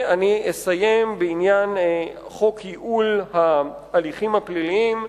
אני אסיים בעניין חוק ייעול ההליכים הפליליים,